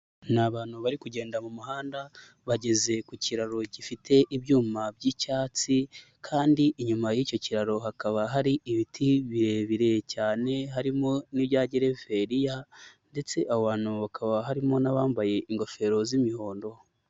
Ni abantu bari kugenda mu muhanda, bageze ku kiraro gifite ibyuma by'icyatsi kandi inyuma y'icyo kiraro hakaba hari ibiti birebire cyane, harimo n'ibyageveriya ndetse abo bantu bakaba harimo n'abambaye ingofero z'imihondo.